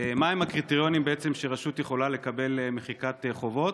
מהם הקריטריונים שבהם רשות יכולה לקבל מחיקת חובות?